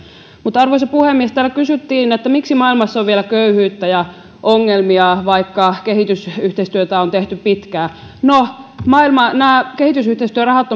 arvoisa puhemies täällä kysyttiin miksi maailmassa on vielä köyhyyttä ja ongelmia vaikka kehitysyhteistyötä on tehty pitkään no nämä kehitysyhteistyörahat